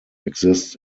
exist